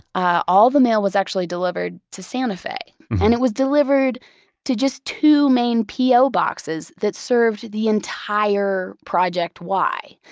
ah all the mail was actually delivered to santa fe and it was delivered to just two main po boxes that served the entire project y.